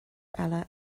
eile